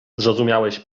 zrozumiałeś